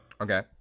Okay